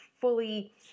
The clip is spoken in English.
fully